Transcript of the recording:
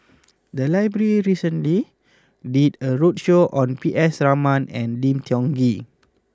the library recently did a roadshow on P S Raman and Lim Tiong Ghee